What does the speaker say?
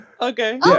Okay